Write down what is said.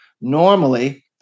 Normally